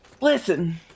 listen